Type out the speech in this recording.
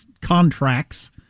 contracts